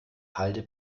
halde